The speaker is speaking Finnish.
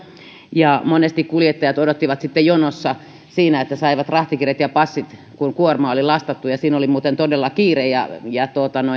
monesti kuljettajat odottivat sitten jonossa siinä että saivat rahtikirjat ja passit kun kuorma oli lastattu ja siinä oli muuten todella kiire ja ja